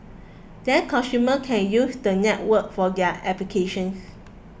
then consumer can use the network for their applications